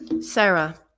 Sarah